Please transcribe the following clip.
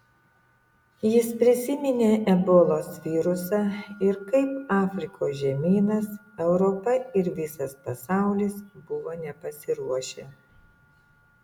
jis prisiminė ebolos virusą ir kaip afrikos žemynas europa ir visas pasaulis buvo nepasiruošę